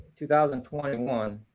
2021